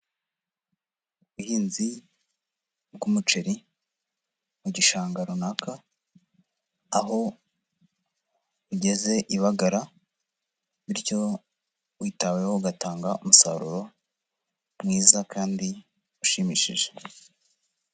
Ubuhinzi bw'umuceri mu gishanga runaka, aho ugeze ibagara bityo witaweho ugatanga umusaruro mwiza kandi ushimishije.